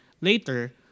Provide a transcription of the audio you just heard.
later